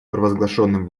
провозглашенным